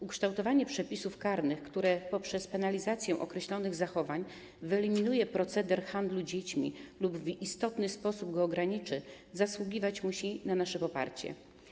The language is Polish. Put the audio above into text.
Ukształtowanie przepisów karnych, które poprzez penalizację określonych zachowań wyeliminuje proceder handlu dziećmi lub w istotny sposób go ograniczy, zasługiwać musi na nasze poparcie.